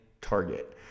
target